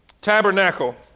Tabernacle